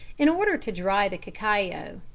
in order to dry the cacao